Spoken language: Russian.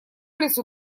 лесу